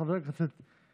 תודה רבה לחבר הכנסת יברקן.